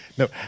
No